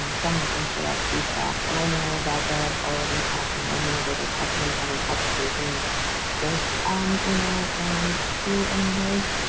so, i'm looking for that feedback and i know that they're already talking, our new members are talking and having consultations with una and sue and liz.